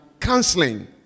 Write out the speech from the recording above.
canceling